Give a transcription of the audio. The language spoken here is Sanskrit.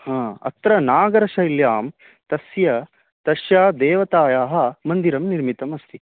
अत्र नागरशैल्यां तस्य तस्याः देवतायाः मन्दिरं निर्मितम् अस्ति